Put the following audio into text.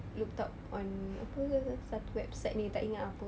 looked up on apa satu website ni tak ingat apa